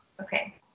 Okay